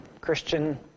Christian